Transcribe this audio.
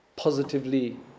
positively